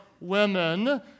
women